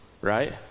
right